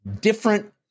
different